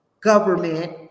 government